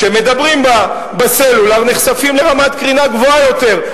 כשמדברים בסלולר נחשפים לרמת קרינה גבוהה יותר.